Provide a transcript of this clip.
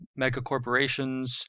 megacorporations